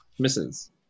Misses